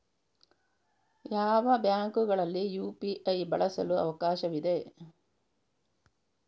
ಯಾವ ಬ್ಯಾಂಕುಗಳಲ್ಲಿ ಯು.ಪಿ.ಐ ಬಳಸಲು ಅವಕಾಶವಿದೆ?